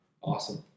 awesome